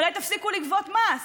אולי תפסיקו לגבות מס?